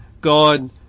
God